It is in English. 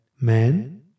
man